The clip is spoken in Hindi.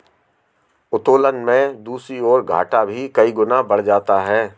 उत्तोलन में दूसरी ओर, घाटा भी कई गुना बढ़ जाता है